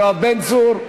יואב בן צור.